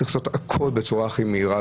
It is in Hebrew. צריך לעשות הכול בצורה הכי מהירה,